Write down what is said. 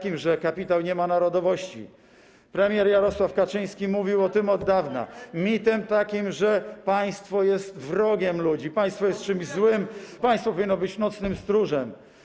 Mitem takim, że kapitał nie ma narodowości - premier Jarosław Kaczyński mówił o tym od dawna - mitem takim, że państwo jest wrogiem ludzi, państwo jest czymś złym, państwo powinno być nocnym stróżem.